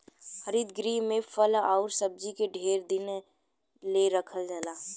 हरित गृह में फल आउर सब्जी के ढेर दिन ले रखल जाला